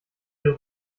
ihre